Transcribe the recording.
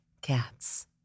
cats